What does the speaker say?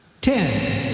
Ten